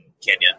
Kenya